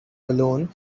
balloon